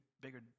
bigger